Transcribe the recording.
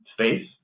space